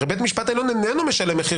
הרי בית המשפט העליון איננו משלם מחיר